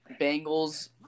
Bengals